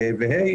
ו-ה'.